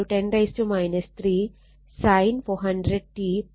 25 10 3 sin 400 t Wb എന്നാവും